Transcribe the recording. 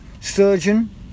Sturgeon